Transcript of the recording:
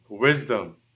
Wisdom